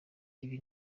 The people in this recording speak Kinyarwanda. ibi